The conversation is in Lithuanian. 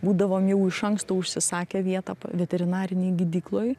būdavom jau iš anksto užsisakę vietą p veterinarinėj gydykloj